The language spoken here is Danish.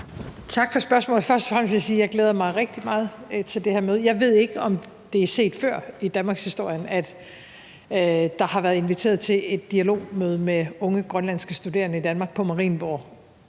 Tak for spørgsmålet. Først og fremmest vil jeg sige, at jeg glæder mig rigtig meget til det her møde. Jeg ved ikke, om det er set før i danmarkshistorien, at der har været inviteret til et dialogmøde på Marienborg med unge grønlandske studerende i Danmark. Jeg